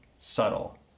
subtle